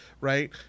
right